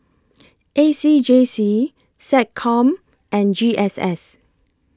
A C J C Seccom and G S S